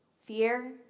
fear